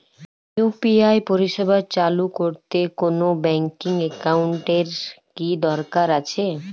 UPI পরিষেবা চালু করতে কোন ব্যকিং একাউন্ট এর কি দরকার আছে?